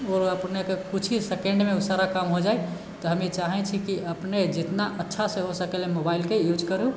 अपनेके किछु ही सेकेन्डमे ओ सारा काम हो जाइ तऽ हम ई चाहैत छी कि अपने जितना अच्छासँ हो सकैले मोबाइलके यूज करु